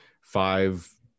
five